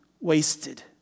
wasted